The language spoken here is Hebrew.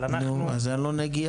אבל אנחנו --- נו אז אין לו נגיעה?